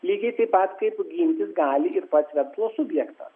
lygiai taip pat kaip gintis gali ir pats verslo subjektas